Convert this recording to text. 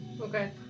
Okay